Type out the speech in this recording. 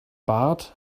bart